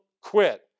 quit